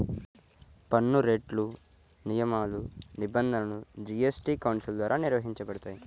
పన్నురేట్లు, నియమాలు, నిబంధనలు జీఎస్టీ కౌన్సిల్ ద్వారా నిర్వహించబడతాయి